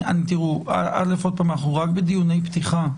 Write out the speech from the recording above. תראו, אנחנו רק בדיוני פתיחה.